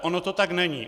Ono to tak není.